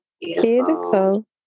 Beautiful